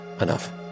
enough